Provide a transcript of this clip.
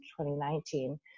2019